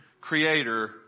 creator